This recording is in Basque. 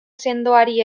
sendoari